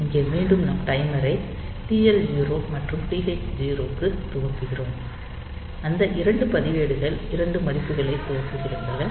இங்கே மீண்டும் நாம் டைமரை TL0 மற்றும் TH0 க்கு துவக்குகிறோம் அந்த 2 பதிவேடுகள் 2 மதிப்புகளைத் துவக்குகின்றன